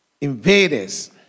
invaders